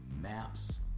Maps